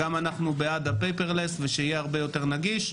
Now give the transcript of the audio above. אנחנו גם בעד ה-פייפרלס וגם שיהיה הרבה יותר נגיש,